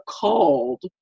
called